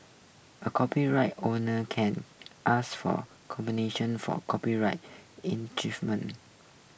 a copyright owner can ask for compensation for copyright